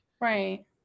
Right